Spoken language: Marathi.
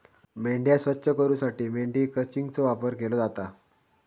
मेंढ्या स्वच्छ करूसाठी मेंढी क्रचिंगचो वापर केलो जाता